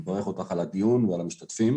אני מברך אותך על הדיון ועל המשתתפים.